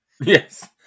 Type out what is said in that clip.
Yes